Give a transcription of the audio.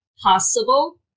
possible